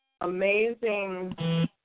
amazing